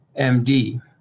MD